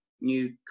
new